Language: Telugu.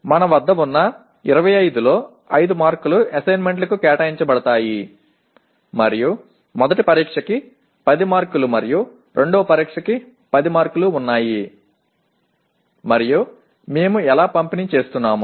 మన వద్ద ఉన్న 25 లో 5 మార్కులు అసైన్మెంట్లకు కేటాయించబడతాయి మరియు మొదటి పరీక్ష కి 10 మార్కులు మరియు రెండవ పరీక్ష కి 10 మార్కులు ఉన్నాయి మరియు మేము ఎలా పంపిణీ చేస్తున్నాము